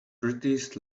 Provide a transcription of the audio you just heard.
prettiest